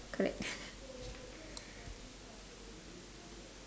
correct